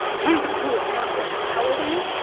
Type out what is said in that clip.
here's the coolest part, bro, how old are you?